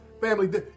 Family